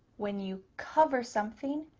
when you cover something,